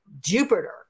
jupiter